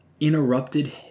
interrupted